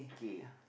okay